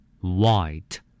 White